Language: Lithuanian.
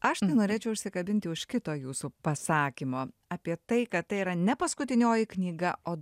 aš tai norėčiau užsikabinti už kito jūsų pasakymo apie tai kad tai yra ne paskutinioji knyga o